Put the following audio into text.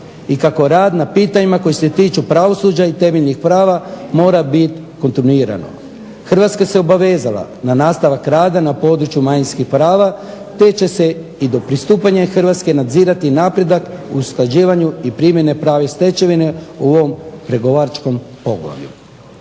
i kako rad na pitanjima koja se tiču pravosuđa i temeljnih prava mora biti kontinuiran. Hrvatska se obavezala na nastavak rada na području manjinskih prava te će se i do pristupanja Hrvatske nadzirati napredak u usklađivanju i primjene pravne stečevine u ovom pregovaračkom poglavlju.